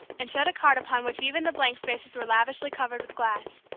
and showed a card upon which even the blank spaces were lavishly covered with glass.